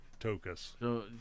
Tokus